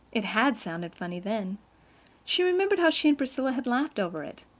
it had sounded funny then she remembered how she and priscilla had laughed over it.